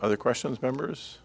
other questions members